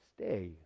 stay